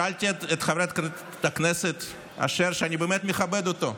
שאלתי את חבר הכנסת אשר, שאני באמת מכבד אותו,